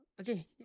okay